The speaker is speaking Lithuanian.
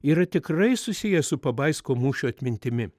yra tikrai susijęs su pabaisko mūšio atmintimi